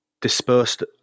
dispersed